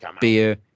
Beer